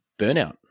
burnout